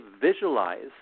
visualize